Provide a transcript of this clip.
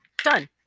done